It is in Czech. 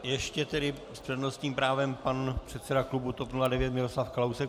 Ještě tedy s přednostním právem pan předseda klubu TOP 09 Miroslav Kalousek.